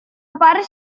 paris